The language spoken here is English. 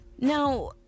Now